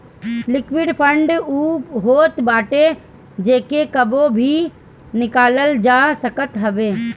liquid fund उ होत बाटे जेके कबो भी निकालल जा सकत हवे